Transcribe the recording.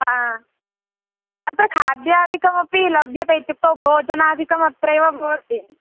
हा अत्र खाद्यादिकमपि लभ्यते इत्युक्तौ भोजनादिकम् अत्रैव भवति